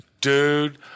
Dude